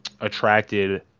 attracted